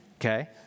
Okay